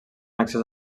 accés